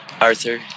Arthur